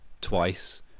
twice